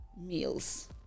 meals